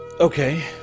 Okay